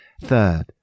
Third